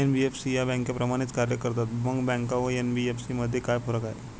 NBFC या बँकांप्रमाणेच कार्य करतात, मग बँका व एन.बी.एफ.सी मध्ये काय फरक आहे?